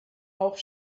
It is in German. auch